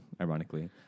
Ironically